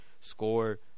score